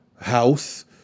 House